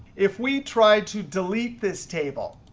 if we tried to delete this table,